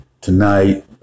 tonight